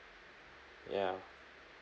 yeah